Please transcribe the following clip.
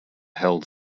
held